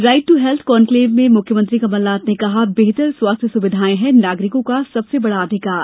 right ट्र health conclave में मुख्यमंत्री कमलनाथ ने कहा बेहतर स्वास्थ्य सुविधाएं है नागरिकों का सबसे बड़ा अधिकार